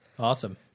awesome